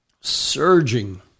surging